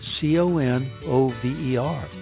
C-O-N-O-V-E-R